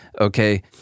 okay